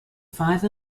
five